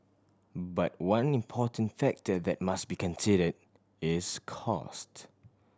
but one important factor that they must be consider is cost